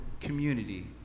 community